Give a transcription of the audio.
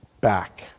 back